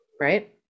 right